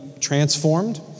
Transformed